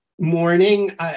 morning